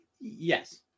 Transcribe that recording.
Yes